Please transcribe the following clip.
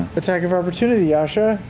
attack of opportunity, yasha.